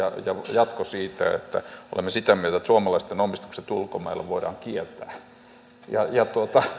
jatkoi siitä että olemme sitä mieltä että suomalaisten omistukset ulkomailla voidaan kieltää ja ja